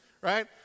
right